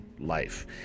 Life